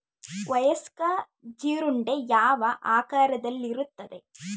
ವಯಸ್ಕ ಜೀರುಂಡೆ ಯಾವ ಆಕಾರದಲ್ಲಿರುತ್ತದೆ?